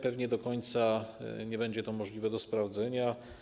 Pewnie do końca nie będzie to możliwe do sprawdzenia.